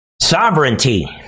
sovereignty